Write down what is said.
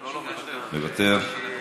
מוותר,